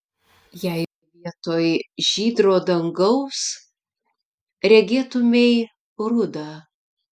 jei vietoj žydro dangaus regėtumei rudą